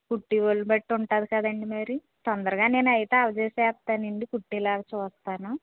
కుట్టేవాళ్ళని బట్టి ఉంటుంది కదండి మరి తొందరగా నేను అయితే అవజేసేత్తానండి కుట్టేలాగా చూస్తాను